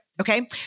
Okay